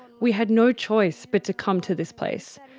we had no choice but to come to this place.